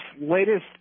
latest